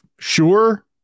Sure